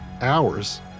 hours